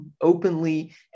openly